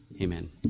Amen